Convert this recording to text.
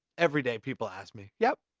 everyday people ask me. yep!